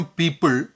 people